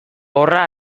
horra